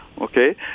okay